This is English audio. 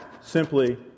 simply